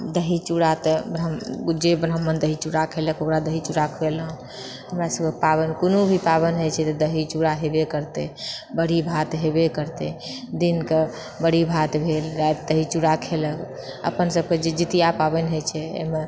दही चूड़ा तऽ जे ब्राह्मण दही चूड़ा खेलक ओकरा दही चूड़ा खुएलहुंँ हमरासबकेँ पाबनि कोनोभी पाबनि होइछै तऽ दही चूड़ा हेबैए करतै बड़ि भात हेबैए करतै दिनके बड़ि भात भेल राति दही चूड़ा खेलक अपनसबकेँ जे जितिया पाबनि होइछै एहिमे